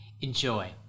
Enjoy